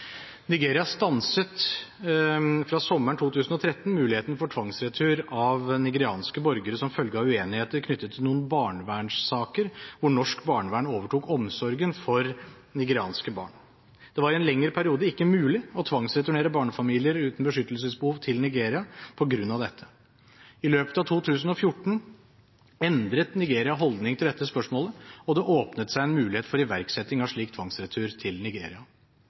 Nigeria stanset fra sommeren 2013 muligheten for tvangsretur av nigerianske borgere som følge av uenigheter knyttet til noen barnevernssaker, hvor norsk barnevern overtok omsorgen for nigerianske barn. Det var i en lengre periode ikke mulig å tvangsreturnere barnefamilier uten beskyttelsesbehov til Nigeria på grunn av dette. I løpet av 2014 endret Nigeria holdning til dette spørsmålet, og det åpnet seg en mulighet for iverksetting av slik tvangsretur til Nigeria.